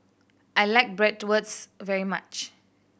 I like Bratwurst very much